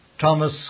Thomas